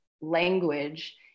language